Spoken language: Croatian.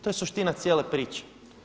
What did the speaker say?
To je suština cijele priče.